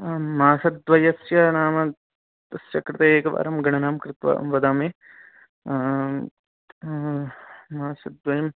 मासद्वयस्य नाम तस्य कृते एकवारं गणनां कृत्वा अहं वदामि मासद्वयं